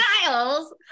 Styles